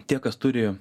tie kas turi